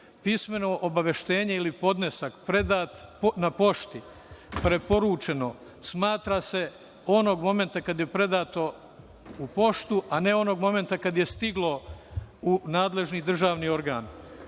pismeno obaveštenje ili podnesak predat na pošti, preporučeno se smatra onog momenta kada je predato u poštu, a ne onog momenta kada je stiglo u nadležni državni organ. Vi